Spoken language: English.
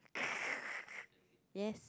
yes